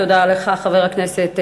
תודה לך, חבר הכנסת גנאים.